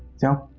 so